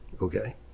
okay